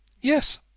Yes